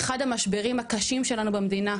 אחד המשברים הקשים שלנו במדינה,